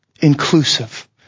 inclusive